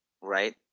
right